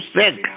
sick